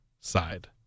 side